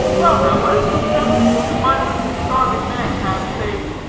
well, now, where is the friendliness of my letting a starving man have, say,